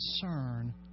concern